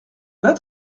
bas